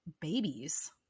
babies